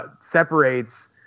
separates